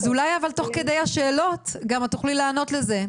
אז אולי אבל תוך כדי השאלות גם את תוכלי לענות על זה.